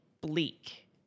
bleak